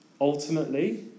ultimately